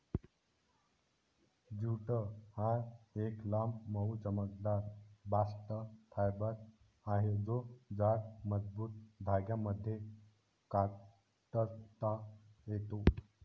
jute हा एक लांब, मऊ, चमकदार बास्ट फायबर आहे जो जाड, मजबूत धाग्यांमध्ये कातता येतो